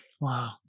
Wow